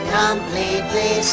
completely